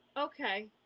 Okay